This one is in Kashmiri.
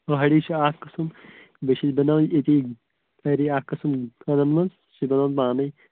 پہٲڑی چھِ اَکھ قٕسٕم بیٚیہِ چھِ أسۍ بَنان ییٚتی سٲری اَکھ قٕسٕم تھٔدین منٛز سُہ چھِ بَناوان پانَے